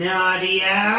Nadia